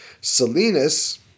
Salinas